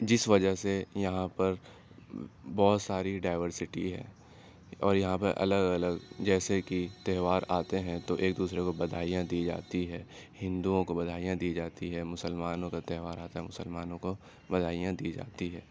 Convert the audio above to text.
جس وجہ سے یہاں پر بہت ساری ڈائیورسٹی ہے اور یہاں پہ الگ الگ جیسے کہ تہوار آتے ہیں تو ایک دوسرے کو بدھائیاں دی جاتی ہے ہندوؤں کو بدھائیاں دی جاتی ہے مسلمانوں کا تہوار آتا ہے مسلمانوں کو بدھائیاں دی جاتی ہے